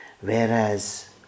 whereas